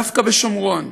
דווקא בשומרון,